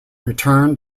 returned